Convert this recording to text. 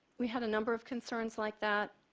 we had a number of concerns like that.